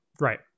Right